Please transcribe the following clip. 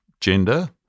gender